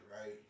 right